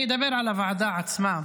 אני אדבר על הוועדה עצמה,